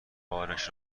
بارش